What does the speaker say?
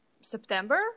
september